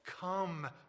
Come